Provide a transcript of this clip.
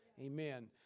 Amen